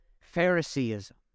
Phariseeism